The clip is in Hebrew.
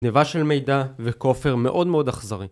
גנבה של מידע וכופר מאוד מאוד אכזרי